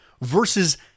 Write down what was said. versus